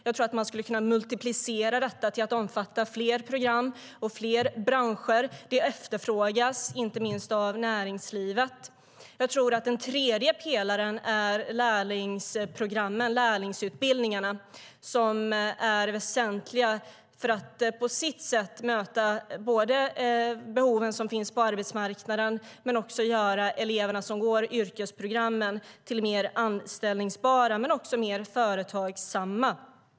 Jag tror att man skulle kunna multiplicera detta till att omfatta fler program och branscher, vilket efterfrågas inte minst av näringslivet. Jag tror att den tredje pelaren är lärlingsutbildningarna. De är väsentliga för att på sitt sätt inte bara möta de behov som finns på arbetsmarknaden utan också göra eleverna som går yrkesprogrammen mer anställbara och mer företagsamma.